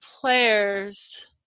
players